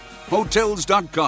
Hotels.com